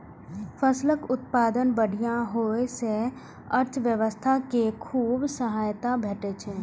फसलक उत्पादन बढ़िया होइ सं अर्थव्यवस्था कें खूब सहायता भेटै छै